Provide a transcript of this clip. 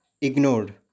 ignored